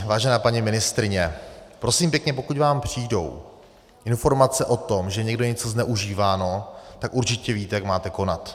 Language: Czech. Vážená paní ministryně, prosím pěkně, pokud vám přijdou informace o tom, že někde je něco zneužíváno, tak určitě víte, jak máte konat.